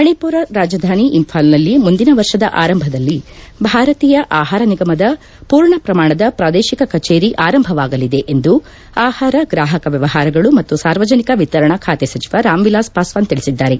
ಮಣಿಪುರ್ ರಾಜಧಾನಿ ಇಂಫಾಲ್ನಲ್ಲಿ ಮುಂದಿನ ವರ್ಷದ ಆರಂಭದಲ್ಲಿ ಭಾರತೀಯ ಆಹಾರ ನಿಗಮದ ಪೂರ್ಣ ಪ್ರಮಾಣದ ಪ್ರಾದೇತಿಕ ಕಚೇರಿ ಆರಂಭವಾಗಲಿದೆ ಎಂದು ಆಹಾರ ಗ್ರಾಹಕ ವ್ಯವಹಾರಗಳು ಮತ್ತು ಸಾರ್ವಜನಿಕ ವಿತರಣಾ ಖಾತೆ ಸಚಿವ ರಾಮವಿಲಾಸ್ ಪಾಸ್ತಾನ್ ತಿಳಿಸಿದ್ದಾರೆ